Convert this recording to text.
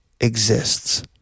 exists